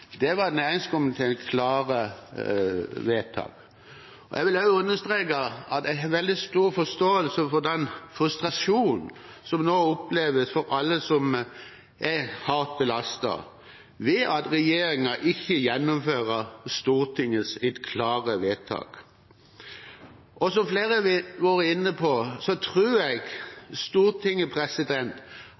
Det var næringskomiteens klare vedtak. Jeg vil også understreke at jeg har veldig stor forståelse for den frustrasjonen som nå oppleves for alle som er hardt belastet ved at regjeringen ikke gjennomfører Stortingets klare vedtak. Og som flere har vært inne på, tror jeg Stortinget